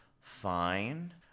fine